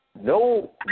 No